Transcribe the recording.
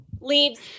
Leaves